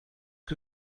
que